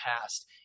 past